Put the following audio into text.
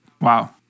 Wow